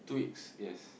two weeks yes